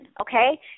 okay